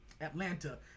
Atlanta